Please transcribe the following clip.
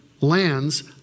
lands